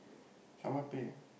someone pay